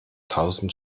tausend